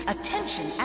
Attention